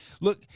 look